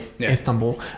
Istanbul